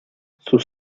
sus